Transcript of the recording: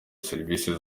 serivisi